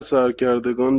سرکردگان